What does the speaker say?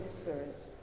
Spirit